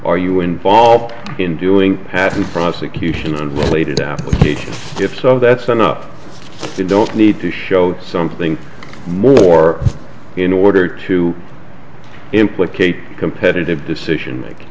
are you involved in doing patent prosecution and related applications if so that's enough you don't need to show something more in order to implicate competitive decision